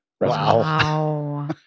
Wow